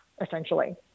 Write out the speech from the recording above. essentially